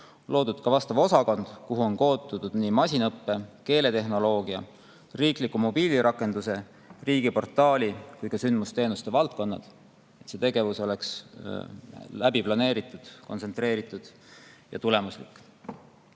loodud ka vastav osakond, kuhu on koondunud nii masinõppe, keeletehnoloogia, riikliku mobiilirakenduse, riigiportaali kui ka sündmusteenuste valdkonnad, et need tegevused oleks planeeritud, kontsentreeritud ja tulemuslikud.